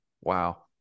wow